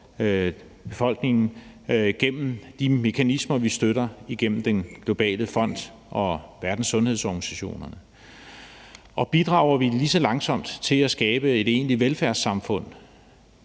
befolkningen gennem de mekanismer, vi støtter gennem Den Globale Fond og Verdenssundhedsorganisationen? Og bidrager vi lige så langt som til at skabe et egentlig velfærdssamfund?